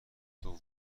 دومی